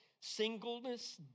singleness